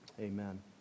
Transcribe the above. amen